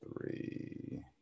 three